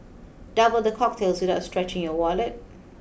double the cocktails without stretching your wallet